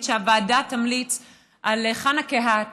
שהוועדה תמליץ על חנה קהת,